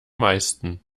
meisten